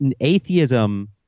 Atheism